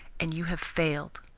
and you have failed.